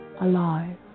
alive